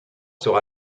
sera